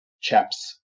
chaps